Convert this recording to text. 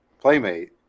playmate